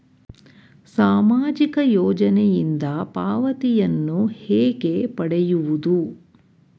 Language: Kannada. ಸಾಮಾಜಿಕ ಯೋಜನೆಯಿಂದ ಪಾವತಿಯನ್ನು ಹೇಗೆ ಪಡೆಯುವುದು?